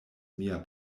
mia